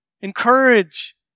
Encourage